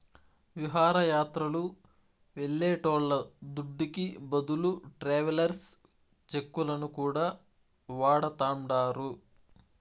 విహారయాత్రలు వెళ్లేటోళ్ల దుడ్డుకి బదులు ట్రావెలర్స్ చెక్కులను కూడా వాడతాండారు